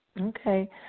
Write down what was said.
Okay